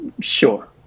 Sure